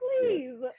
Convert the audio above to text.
please